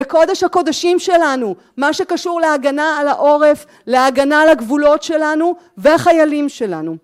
קודש הקודשים שלנו, מה שקשור להגנה על העורף, להגנה על הגבולות שלנו והחיילים שלנו.